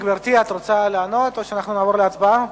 גברתי, את רוצה לענות או שנעבור להצבעה?